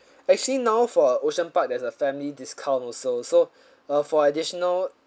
actually now for ocean park there's a family discount also so uh for additional